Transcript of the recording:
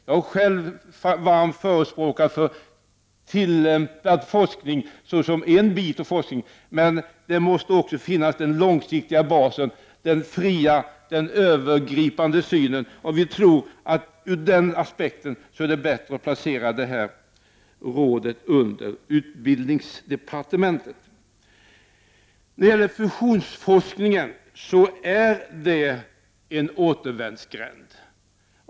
Jag har själv varmt förespråkat tillämpad forskning såsom en del av forskningen. Men det måste också finnas en långsiktig bas och en fri och övergripande syn. Utifrån den aspekten tror vi att det är bättre att placera rådet inom utbildningsdepartementets verksamhet. När det gäller fusionsforskningen är den inne i en återvändsgränd.